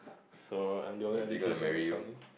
so the other education macho name